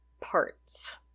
parts